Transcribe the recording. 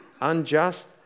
unjust